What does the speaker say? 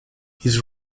his